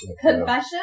Confession